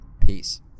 Peace